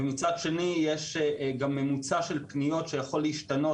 ומצד שני יש גם ממוצע של פניות שיכול להשתנות